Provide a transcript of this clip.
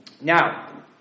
Now